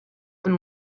them